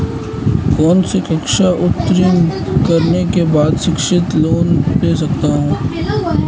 कौनसी कक्षा उत्तीर्ण करने के बाद शिक्षित लोंन ले सकता हूं?